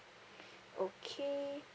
okay